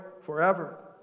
forever